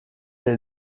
der